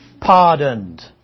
pardoned